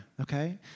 okay